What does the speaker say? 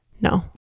No